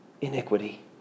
iniquity